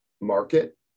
market